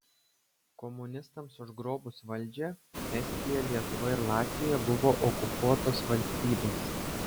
komunistams užgrobus valdžią estija lietuva ir latvija buvo okupuotos valstybės